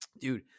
dude